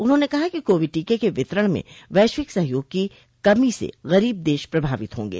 उन्होंने कहा कि कोविड टीके के वितरण में वैश्विक सहयोग की कमी से गरीब देश प्रभावित होंगे